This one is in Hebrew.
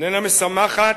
ואיננה משמחת,